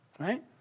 Right